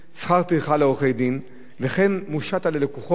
ושכר טרחה לעורכי-דין, וכן מושתת על הלקוחות